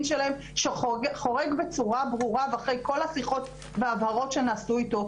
שלהן שחורג בצורה ברורה ואחרי כל השיחות וההבהרות שנעשו איתו,